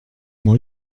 moi